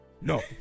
No